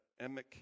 emic